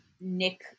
Nick